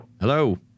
Hello